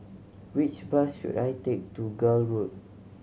which bus should I take to Gul Road